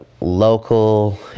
Local